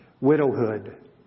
Widowhood